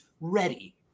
ready